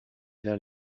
vers